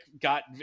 got